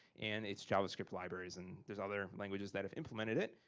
and its javascript libraries, and there's other languages that have implemented it,